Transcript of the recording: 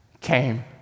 came